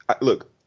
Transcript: look –